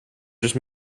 just